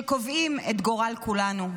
שקובעים את גורל כולנו.